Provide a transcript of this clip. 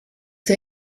der